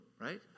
right